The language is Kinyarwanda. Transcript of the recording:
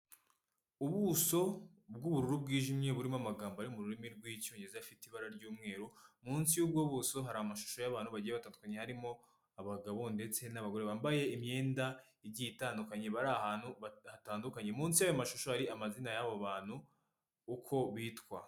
Ubuso bw'ubururu bwijimye, burimo amagambo ari mu rurimi rw'icyongereza, afite ibara ry'umweru, munsi y'ubwo buso hari amashusho y'abantu bagiye batandukanye, harimo abagabo, ndetse n'abagore, bambaye imyenda igiye itandukanye, bari ahantu hatandukanye, munsi y'ayo mashusho hari amazina y'abo bantu uko bitwa.